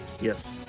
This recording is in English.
yes